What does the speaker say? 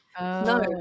No